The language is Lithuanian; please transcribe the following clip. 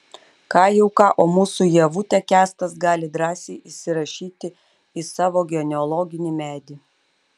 ką jau ką o mūsų ievutę kęstas gali drąsiai įsirašyti į savo genealoginį medį